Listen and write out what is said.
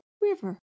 river